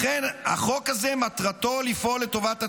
לכן החוק הזה מטרתו לפעול לטובת הציבור.